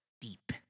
deep